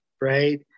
right